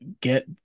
get